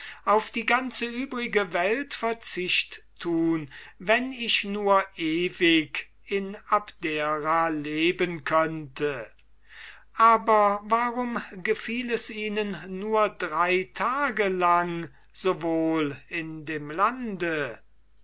auf die ganze übrige welt verzicht tun wenn ich nur ewig in abdera leben könnte aber warum gefiel es ihnen nur drei tage lang so wohl in dem lande